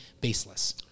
baseless